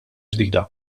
ġdida